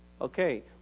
Okay